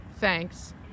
thanks